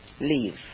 leave